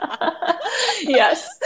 Yes